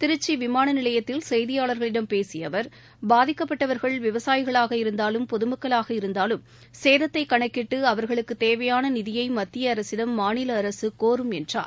திருச்சிவிமானநிலையத்தில் செய்தியாளர்களிடம் பேசியஅவர் பாதிக்கப்பட்டவர்கள் விவசாயிகளாக இருந்தாலும் பொதுமக்களாக இருந்தாலும் சேதத்தைகணக்கிட்டுஅவர்களுக்குதேவையானநிதியபமத்தியஅரசிடம் மாநிலஅரசுகோரும் என்றார்